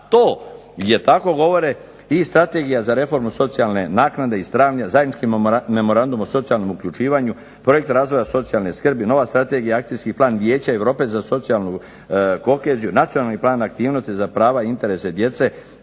to je tako govore i strategija za reformu socijalne naknade iz travnja zajednički memorandum o socijalnom uključivanju projekta razvoja socijalne skrbi, nova strategija akcijski plan Vijeća Europe za socijalnu koheziju, nacionalni plan aktivnosti za prava i interese djece,